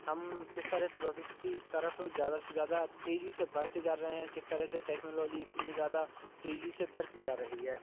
हम किस तरह से भविष्य की तरफ ज़्यादा से ज़्यादा तेजी से बढ़ते जा रहे हैं किस तरह से टेक्नोलॉजी इतनी ज़्यादा तेज़ी से बढ़ती जा रही है